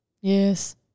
Yes